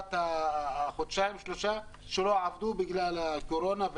לתקופת החודשיים-שלושה שלא עבדו בגלל הקורונה,